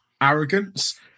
arrogance